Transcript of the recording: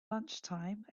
lunchtime